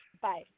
Bye